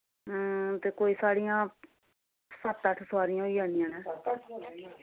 हां ते कोई साढ़ियां सत्त अट्ठ सोआरियां होई जानियां न